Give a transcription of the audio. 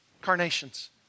carnations